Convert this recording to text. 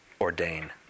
ordain